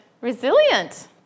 Resilient